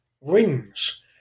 rings